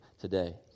today